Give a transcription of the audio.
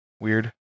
Weird